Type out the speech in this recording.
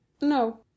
No